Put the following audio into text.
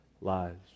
lives